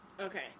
Okay